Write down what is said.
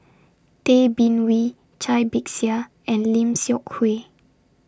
Tay Bin Wee Cai Bixia and Lim Seok Hui